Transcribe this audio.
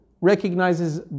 recognizes